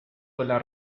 quella